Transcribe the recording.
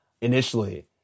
initially